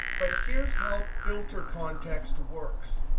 but here's how filter context works.